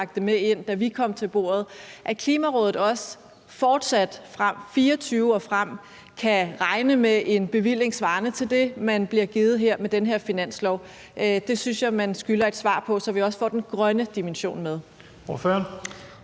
til bordet – fortsat fra 2024 og frem kan regne med en bevilling svarende til det, man bliver givet her med den her finanslov? Det synes jeg at man skylder et svar på, så vi også får den grønne dimension med.